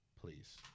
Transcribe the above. please